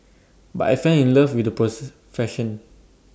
but I fell in love with the